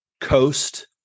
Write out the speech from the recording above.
coast